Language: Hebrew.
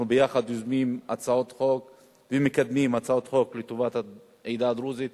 אנחנו ביחד יוזמים הצעות חוק ומקדמים הצעות חוק לטובת העדה הדרוזית.